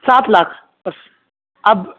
سات لاکھ بس اب